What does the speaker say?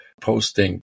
posting